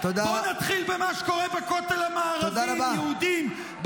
בוא נתחיל במה שקורה בכותל המערבי עם יהודים.